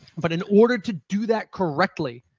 but in order to do that correctly,